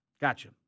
Gotcha